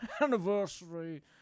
anniversary